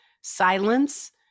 silence